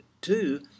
two